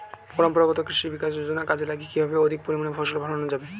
পরম্পরাগত কৃষি বিকাশ যোজনা কাজে লাগিয়ে কিভাবে অধিক পরিমাণে ফসল ফলানো যাবে?